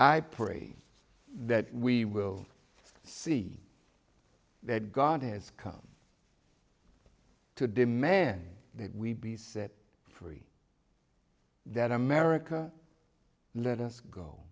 i pray that we will see that god has come to demand that we be set free that america let us go